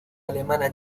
alemana